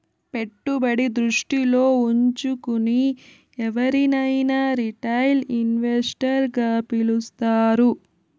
పెట్టుబడి దృష్టిలో ఉంచుకుని ఎవరినైనా రిటైల్ ఇన్వెస్టర్ గా పిలుస్తారు